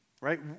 right